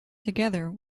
together